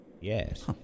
yes